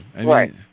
Right